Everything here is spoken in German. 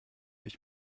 ich